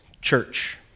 church